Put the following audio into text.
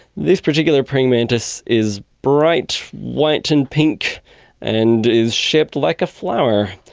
this particular praying mantis is bright white and pink and is shaped like a flower,